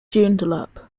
joondalup